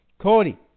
Cody